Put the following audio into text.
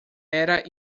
era